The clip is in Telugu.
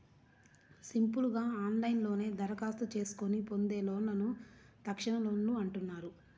సింపుల్ గా ఆన్లైన్లోనే దరఖాస్తు చేసుకొని పొందే లోన్లను తక్షణలోన్లు అంటున్నారు